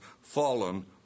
fallen